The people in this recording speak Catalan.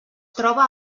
troba